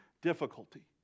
difficulty